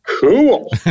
Cool